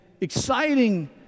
exciting